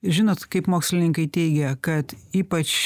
žinot kaip mokslininkai teigia kad ypač